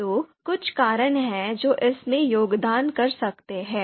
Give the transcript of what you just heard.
तो कुछ कारण हैं जो इसमें योगदान कर सकते हैं